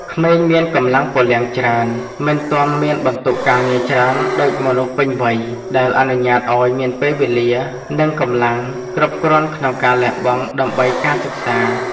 ក្មេងមានកម្លាំងពលំច្រើន មិនទាន់មានបន្ទុកការងារច្រើនដូចមនុស្សពេញវ័យ ដែលអនុញ្ញាតឱ្យមានពេលវេលា និងកម្លាំងគ្រប់គ្រាន់ក្នុងការលះបង់ដើម្បីការសិក្សា។